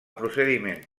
procediment